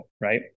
right